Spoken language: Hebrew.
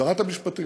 שרת המשפטים,